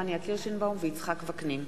פניה קירשנבאום ויצחק וקנין.